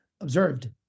observed